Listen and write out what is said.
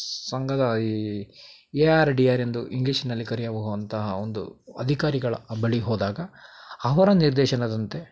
ಸಂಘದ ಈ A R D R ಎಂದು ಇಂಗ್ಲೀಷ್ನಲ್ಲಿ ಕರಿಯವೋ ಅಂತಹ ಒಂದು ಅಧಿಕಾರಿಗಳ ಬಳಿ ಹೋದಾಗ ಅವರ ನಿರ್ದೇಶನದಂತೆ